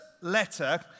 letter